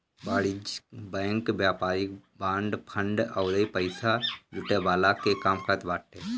वाणिज्यिक बैंक व्यापारिक bond, fund अउरी पईसा जुटवला के काम करत बाटे